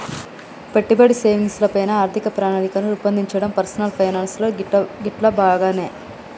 పెట్టుబడి, సేవింగ్స్ ల పైన ఆర్థిక ప్రణాళికను రూపొందించడం పర్సనల్ ఫైనాన్స్ లో గిట్లా భాగమే